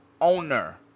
owner